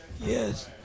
yes